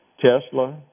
Tesla